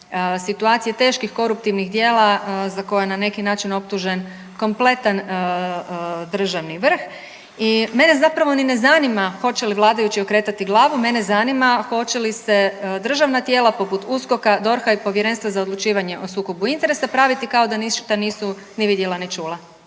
situacije teških koruptivnih djela za koje na neki način optužen kompletan državni vrh. I mene zapravo ni ne zanima hoće li vladajući okretati glavu, mene zanima hoće li se državna tijela poput USKOK-a, DORH-a i Povjerenstva za odlučivanje o sukobu interesa praviti kao da ništa nisu ni vidjela ni čula.